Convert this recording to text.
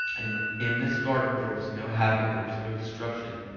and in this garden there was no havoc, there was no destruction.